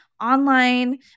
online